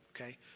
okay